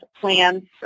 plans